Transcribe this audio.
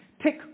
pick